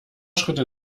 schritte